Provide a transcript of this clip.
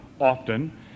often